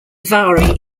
vary